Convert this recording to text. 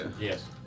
Yes